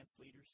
leaders